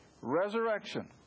resurrection